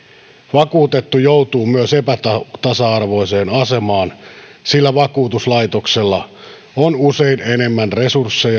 vakuutettu joutuu myös epätasa arvoiseen asemaan sillä vakuutuslaitoksella on usein enemmän resursseja